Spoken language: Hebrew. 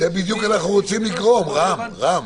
לזה בדיוק אנחנו רוצים לגרום, רם.